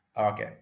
Okay